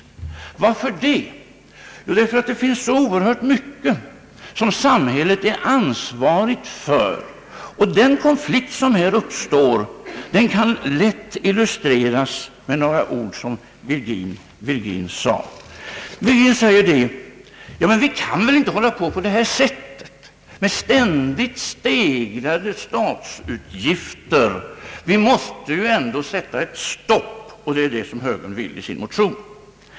Varför det? Den konflikt som här uppstår kan lätt illustreras med några ord som herr Virgin sade, nämligen att vi kan väl inte fortsätta med ständigt stegrade statsutgifter, utan vi måste ändå sätta ett stopp, och det är detta som högern vill i sin motion.